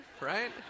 right